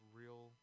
real